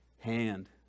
hand